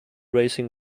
racing